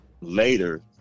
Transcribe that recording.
later